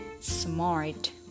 smart